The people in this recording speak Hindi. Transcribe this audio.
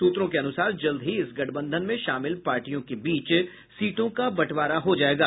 सूत्रों के अनुसार जल्द ही इस गठबंधन में शामिल पार्टियों के बीच सीटों का बंटवारा हो जाएगा